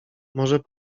może